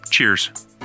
Cheers